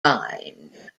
kind